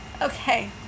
okay